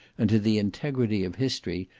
and to the integrity of history,